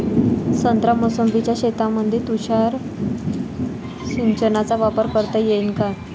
संत्रा मोसंबीच्या शेतामंदी तुषार सिंचनचा वापर करता येईन का?